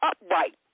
upright